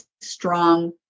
strong